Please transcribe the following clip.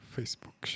Facebook